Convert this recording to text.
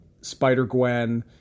Spider-Gwen